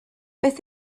beth